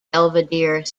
belvidere